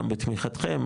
גם בתמיכתכם,